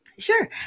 Sure